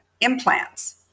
Implants